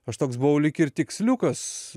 aš toks buvau lyg ir tiksliukas